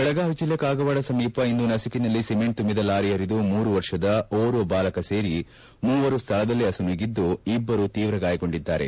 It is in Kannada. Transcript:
ಬೆಳಗಾವಿ ಜಿಲ್ಲೆ ಕಾಗವಾಡ ಸಮೀಪ ಇಂದು ನಸುಕಿನಲ್ಲಿ ಸಿಮೆಂಟ್ ಕುಂಬಿದ ಲಾರಿ ಪರಿದು ಮೂರು ವರ್ಷದ ಓರ್ವ ಬಾಲಕ ಸೇರಿ ಮೂವರು ಸ್ಥಳದಲ್ಲಿ ಅಸುನೀಗಿದ್ದು ಇಬ್ಬರು ತೀವ್ರ ಗಾಯಗೊಂಡಿದ್ದಾರೆ